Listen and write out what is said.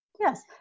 Yes